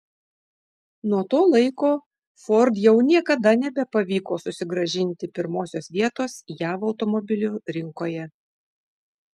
nuo to laiko ford jau niekada nebepavyko susigrąžinti pirmosios vietos jav automobilių rinkoje